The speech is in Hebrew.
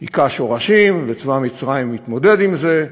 הכה שורשים וצבא מצרים מתמודד עם זה,